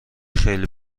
خیلی